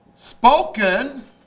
Spoken